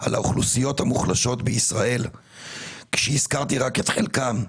על האוכלוסיות המוחלשות בישראל כשהזכרתי רק את חלקן.